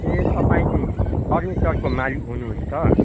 ए तपाईँ फर्निचरको मालिक हुनुहुन्छ